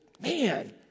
man